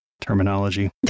terminology